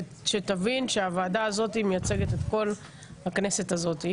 שתבין שהוועדה הזאת מייצגת את כל הכנסת הזאת,